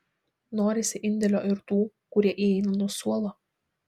norisi indėlio ir tų kurie įeina nuo suolo